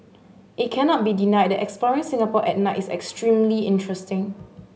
it cannot be denied that exploring Singapore at night is extremely interesting